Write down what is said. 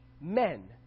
men